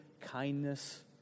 kindness